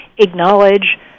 acknowledge